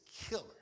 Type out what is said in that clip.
killer